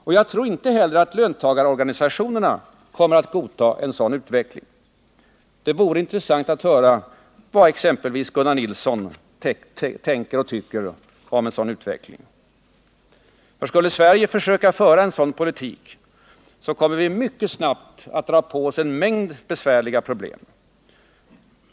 Och jag tror inte heller att löntagarorganisationerna kommer att godta en sådan utveckling. Det vore intressant att höra vad exempelvis Gunnar Nilsson tänker och tycker om en sådan utveckling. Skulle Sverige försöka föra en sådan politik kommer vi mycket snabbt att dra på oss en mängd besvärliga problem.